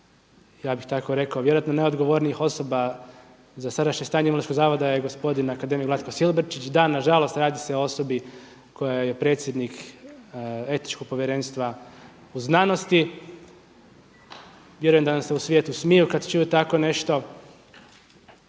ja bih tako rekao vjerojatno najodgovornijih osoba za sadašnje Imunološkog zavoda je gospodin akademik Vlatko Silobrčić. Da, nažalost radi se o osobi koja je predsjednik Etičkog povjerenstva u znanosti. Vjerujem da nam se u svijetu smiju kada čuju tako nešto.